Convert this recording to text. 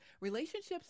Relationships